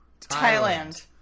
Thailand